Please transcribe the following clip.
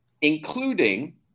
including